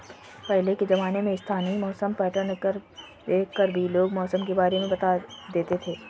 पहले के ज़माने में स्थानीय मौसम पैटर्न देख कर भी लोग मौसम के बारे में बता देते थे